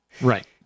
Right